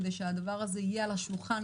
כדי שהדבר הזה יהיה על השולחן,